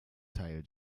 teil